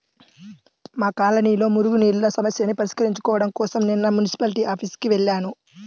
మా కాలనీలో మురుగునీళ్ళ సమస్యని పరిష్కరించుకోడం కోసరం నిన్న మున్సిపాల్టీ ఆఫీసుకి వెళ్లాను